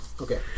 Okay